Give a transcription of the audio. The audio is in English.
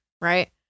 right